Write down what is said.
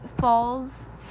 falls